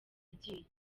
agiye